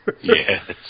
Yes